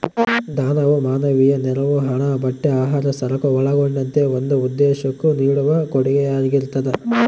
ದಾನವು ಮಾನವೀಯ ನೆರವು ಹಣ ಬಟ್ಟೆ ಆಹಾರ ಸರಕು ಒಳಗೊಂಡಂತೆ ಒಂದು ಉದ್ದೇಶುಕ್ಕ ನೀಡುವ ಕೊಡುಗೆಯಾಗಿರ್ತದ